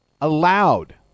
allowed